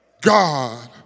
God